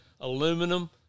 aluminum